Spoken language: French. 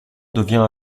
devient